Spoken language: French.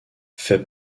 fait